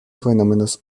fenómenos